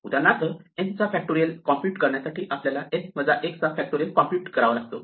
उदाहरणार्थ n चा factorial compute करण्यासाठी आपल्याला n 1 चा फॅक्टोरिअल कॉम्प्युट करावा लागतो